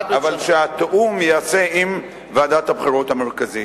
אבל שהתיאום ייעשה עם ועדת הבחירות המרכזית.